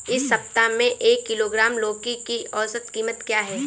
इस सप्ताह में एक किलोग्राम लौकी की औसत कीमत क्या है?